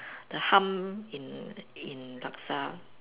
the hum in in laksa